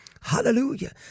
Hallelujah